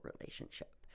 relationship